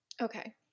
Okay